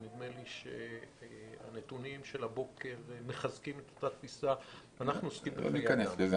ונדמה לי שהנתונים של הבוקר מחזקים את אותה תפיסה --- לא ניכנס לזה,